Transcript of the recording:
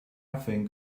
think